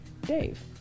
Dave